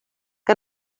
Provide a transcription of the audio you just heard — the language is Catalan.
que